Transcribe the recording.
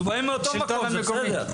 אנחנו באים מאותו מקום, זה בסדר.